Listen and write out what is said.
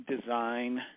design